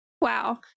Wow